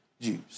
Jews